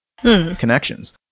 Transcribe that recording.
Connections